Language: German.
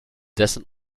dessen